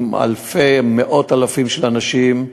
עם מאות אלפים של אנשים.